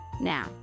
Now